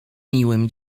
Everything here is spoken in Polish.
miłym